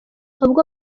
ubwo